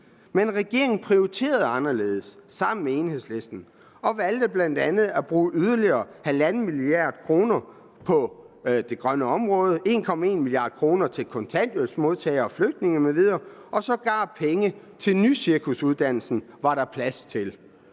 men regeringen prioriterede anderledes sammen med Enhedslisten og valgte bl.a. at bruge yderligere 1,5 mia. kr. på det grønne område, 1,1 mia. kr. til kontanthjælpsmodtagere og flygtninge m.v., og sågar penge til nycirkusuddannelsen var der plads til.